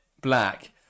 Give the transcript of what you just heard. black